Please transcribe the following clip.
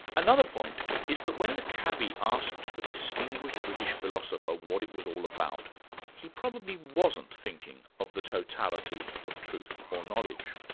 another point is that when the cabbie asked the distinguished british philosopher what it was all about he probably wasn't thinking of the totality of truth or knowledge.